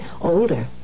older